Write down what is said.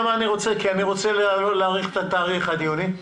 רוצה להאריך את התאריך עד יוני.